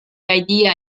idea